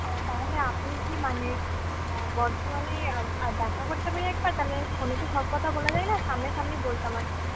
তাহলে আপনি কি মানে বর্ধমানেই দেখা করতে পারি একবার তাহলে ফোনে তো সব কথা বলা যায়না সামনাসামনি বলতাম আর কি